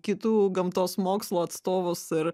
kitų gamtos mokslų atstovus ir